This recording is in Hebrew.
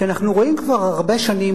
כי אנחנו רואים כבר הרבה שנים,